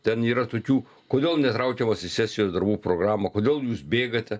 ten yra tokių kodėl netraukiamas į sesijos darbų programą kodėl jūs bėgate